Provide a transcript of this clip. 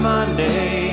Monday